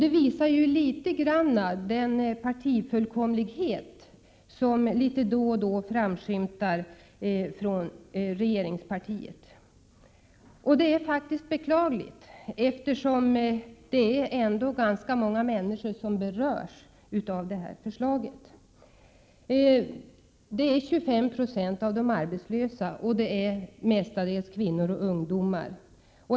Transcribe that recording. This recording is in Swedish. Det visar något av den maktfullkomlighet som litet då och då framskymtar från regeringspartiet. Det är beklagligt, eftersom det ändå är ganska många människor som berörs av förslaget. Det är 25 90 av de arbetslösa, och det är mestadels kvinnor och ungdomar.